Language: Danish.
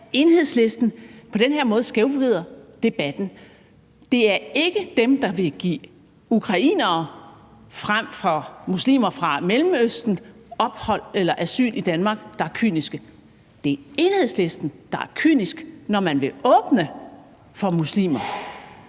Enhedslisten på den her måde skævvrider debatten. Det er ikke dem, der vil give ukrainere frem for muslimer fra Mellemøsten ophold eller asyl i Danmark, der er kyniske. Det er Enhedslisten, der er kynisk, når man vil åbne for at få muslimer